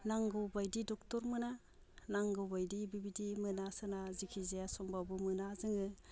नांगौबायदि ड'क्टर मोना नांगौ बायदि बिबायदि मोना सोना जिखिजाया समब्लाबो मोना जोङो